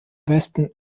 westen